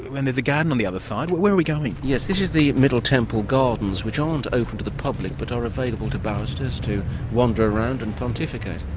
and there's a garden on the other side. where are we going? yes, this is the middle temple gardens, which aren't open to the public but are available to barristers to wander around and pontificate.